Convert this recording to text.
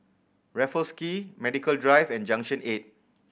Raffles Quay Medical Drive and Junction Eight